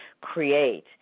create